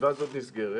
הישיבה הזאת נסגרת.